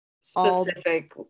Specific